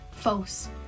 false